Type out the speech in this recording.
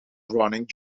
running